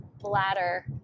bladder